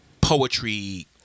Poetry